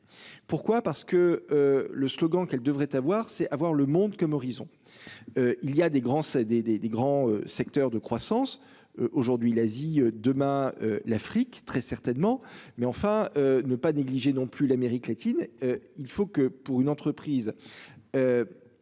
Pourquoi parce que. Le slogan qu'elle devrait avoir. C'est à voir le monde comme horizon. Il y a des grands, c'est des des des grands secteurs de croissance aujourd'hui l'Asie demain l'Afrique très certainement, mais enfin ne pas négliger non plus l'Amérique latine. Il faut que pour une entreprise.